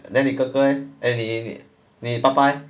then 你哥哥 leh eh 你你爸爸 eh